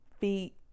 feet